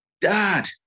Dad